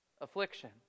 affliction